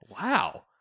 Wow